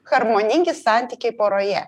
harmoningi santykiai poroje